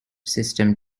system